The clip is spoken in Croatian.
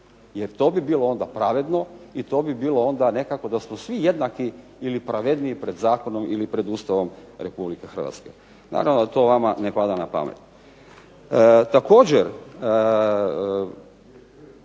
Jer to bi bilo onda pravedno i to bi bilo onda nekako da smo svi jednaki ili pravedniji pred zakonom ili pred Ustava Republike Hrvatske. Naravno da to vama ne pada na pamet. Također